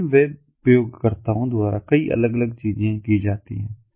विभिन्न वेब उपयोगकर्ताओं द्वारा कई अलग अलग चीजें की जाती हैं